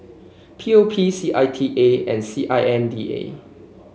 P O P C I T A and S I N D A